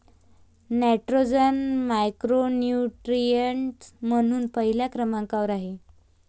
nitrogen macronutrient म्हणून पहिल्या क्रमांकावर आहे